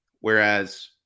Whereas